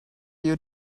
you